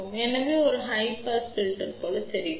எனவே இது உயர் பாஸ் வடிப்பான் போல் தெரிகிறது